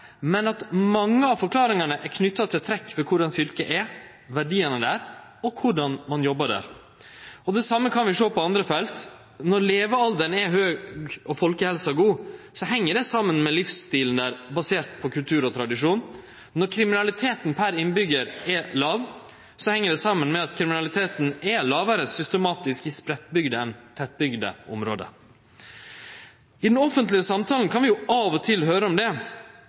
men at mange av forklaringane er knytte til trekk ved korleis fylket er, verdiane der og korleis ein jobbar der. Det same kan vi sjå på andre felt. Når levealderen er høg og folkehelsa god, heng det saman med livsstilen der basert på kultur og tradisjon. Når kriminaliteten per innbyggjar er låg, heng det saman med at kriminaliteten er lågare, systematisk sett, i spreiddbygde enn i tettbygde område. I den offentlege samtalen kan vi av og til høyre om